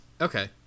Okay